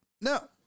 No